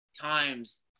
times